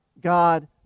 God